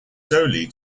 solely